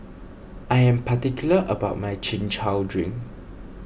I am particular about my Chin Chow Drink